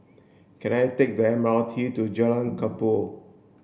can I take the M R T to Jalan Kubor